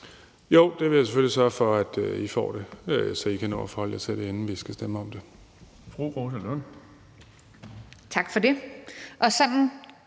Jo, det vil jeg selvfølgelig sørge for at I får, så I kan nå at forholde jer til det, inden vi skal stemme om det.